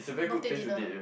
birthday dinner